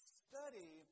study